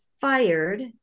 fired